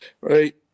Right